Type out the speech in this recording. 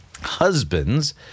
Husbands